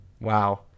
wow